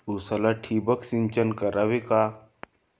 उसाला ठिबक सिंचन करावे का?